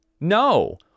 no